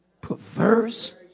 perverse